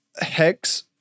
Hex